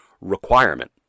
requirement